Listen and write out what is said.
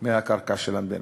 מהקרקע של המדינה.